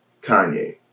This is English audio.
Kanye